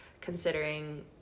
considering